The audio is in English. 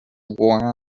war